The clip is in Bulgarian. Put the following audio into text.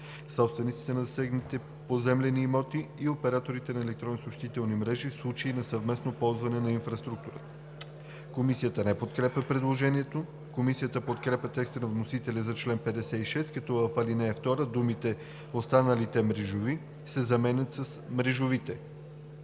собствениците на засегнатите поземлени имоти и операторите на електронно съобщителни мрежи, в случай на съвместно ползване на инфраструктурата.“ Комисията не подкрепя предложението. Комисията подкрепя текста на вносителя за чл. 56, като в ал. 2 думите „останалите мрежови“ се заменят с „мрежовите“.